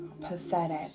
pathetic